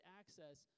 access